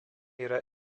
yra